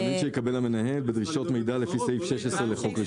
נתונים שיקבל המנהל ודרישות מידע לפי סעיף 16 לחוק רישוי.